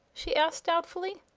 she asked, doubtfully.